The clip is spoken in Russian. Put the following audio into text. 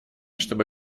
чтобы